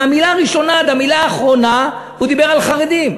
מהמילה הראשונה עד המילה האחרונה הוא דיבר על חרדים.